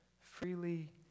freely